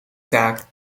taak